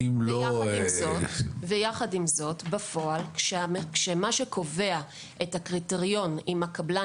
אך יחד עם זאת בפועל כאשר מה שקובע את הקריטריון אם הקבלן